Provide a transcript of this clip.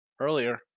earlier